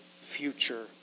future